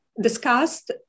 discussed